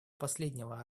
последнего